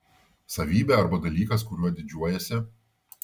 savybė arba dalykas kuriuo didžiuojiesi